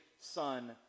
son